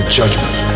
judgment